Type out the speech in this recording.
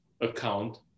account